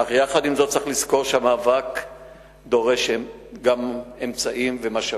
אך יחד עם זאת צריך לזכור שהמאבק דורש גם אמצעים ומשאבים.